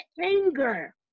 anger